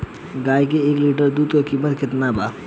गाय के एक लीटर दूध कीमत केतना बा?